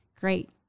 Great